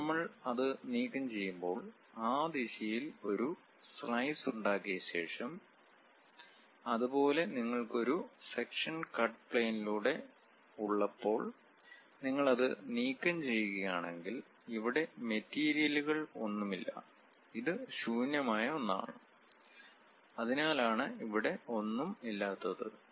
നമ്മൾ അത് നീക്കംചെയ്യുമ്പോൾ ആ ദിശയിൽ ഒരു സ്ലൈസ് ഉണ്ടാക്കിയ ശേഷം അതുപോലെ നിങ്ങൾക്ക് ഒരു സെക്ഷൻ കട്ട് പ്ലെയിനിലൂടെ ഉള്ളപ്പോൾ നിങ്ങൾ അത് നീക്കംചെയ്യുകയാണെങ്കിൽ ഇവിടെ മെറ്റീരിയലുകൾ ഒന്നുമില്ല ഇത് ശൂന്യമായ ഒന്നാണ് അതിനാലാണ് ഇവിടെ ഒന്നും ഇല്ലാത്തത്